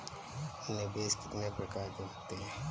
निवेश कितने प्रकार के होते हैं?